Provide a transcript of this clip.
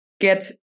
get